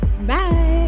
bye